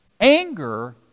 Anger